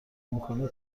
میکنه